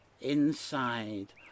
inside